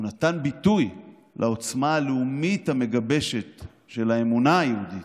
ונתן ביטוי לעוצמה הלאומית המגבשת של האמונה היהודית: